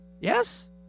yes